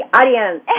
audience